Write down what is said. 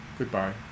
Goodbye